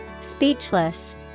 Speechless